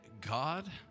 God